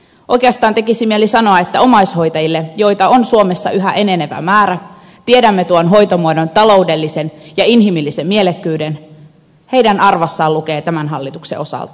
oikeastaan tekisi mieli sanoa että omaishoitajien joita on suomessa yhä enenevä määrä tiedämme tuon hoitomuodon taloudellisen ja inhimillisen mielekkyyden arvassa lukee tämän hallituksen osalta